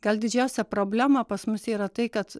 gal didžiausia problema pas mus yra tai kad